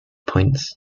points